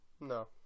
No